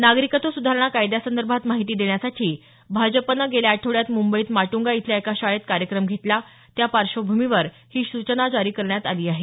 नागरिकत्व सुधारणा कायद्यासंदर्भात माहिती देण्यासाठी भाजपनं गेल्या आठवड्यात मुंबईत माट्ंगा इथल्या एका शाळेत कार्यक्रम घेतला त्या पार्श्वभूमीवर ही सूचना जारी करण्यात आली आहे